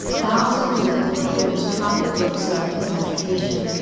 thousands of pilgrims travelled to observe his meditation.